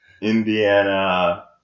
Indiana